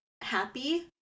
happy